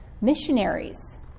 missionaries